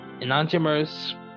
enantiomers